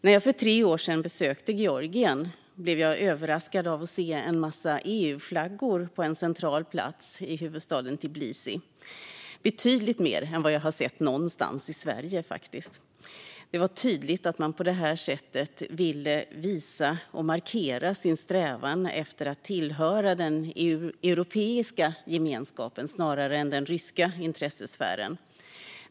När jag för tre år sedan besökte Georgien blev jag överraskad av att se en massa EU-flaggor på en central plats i huvudstaden Tbilisi - betydligt mer än jag har sett någonstans i Sverige. Det var tydligt att man på det här sättet ville visa och markera sin strävan att tillhöra den europeiska gemenskapen snarare än den ryska intressesfären.